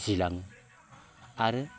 जिलाङो आरो